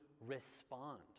respond